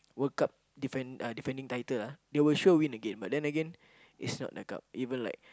World Cup defend defending title ah they will sure win again but then again it's not the cup even like